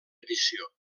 edició